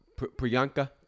Priyanka